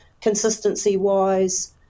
consistency-wise